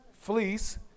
Fleece